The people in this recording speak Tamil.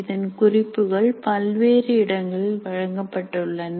இதன் குறிப்புகள் பல்வேறு இடங்களில் வழங்கப்பட்டுள்ளன